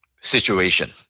situation